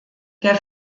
der